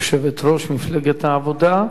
יושבת-ראש מפלגת העבודה.